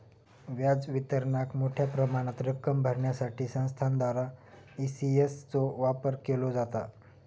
व्याज वितरणाक मोठ्या प्रमाणात रक्कम भरण्यासाठी संस्थांद्वारा ई.सी.एस चो वापर केलो जाता